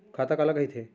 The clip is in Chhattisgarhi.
खाता काला कहिथे?